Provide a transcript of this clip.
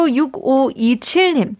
6527님